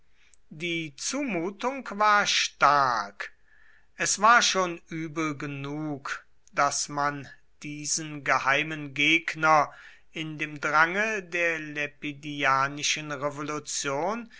die zumutung war stark es war schon übel genug daß man diesen geheimen gegner in dem drange der lepidianischen revolution